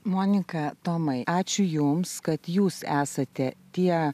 monika tomai ačiū jums kad jūs esate tie